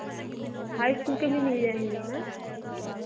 high school के लिए मिल जाएगा ना